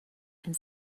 and